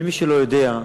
למי שלא יודע,